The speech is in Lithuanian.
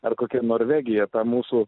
ar kokia norvegija ta mūsų